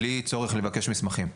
בלי צורך לבקש מסמכים.